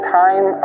time